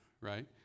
right